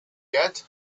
yet